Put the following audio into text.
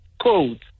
code